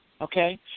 Okay